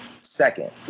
second